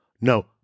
No